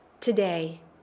today